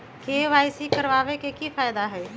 KYC करवाबे के कि फायदा है?